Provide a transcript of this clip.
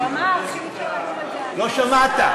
הוא אמר, לא שמעת.